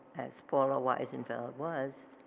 as paula wiesenfeld was,